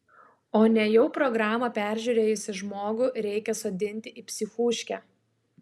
o nejau programą peržiūrėjusį žmogų reikia sodinti į psichuškę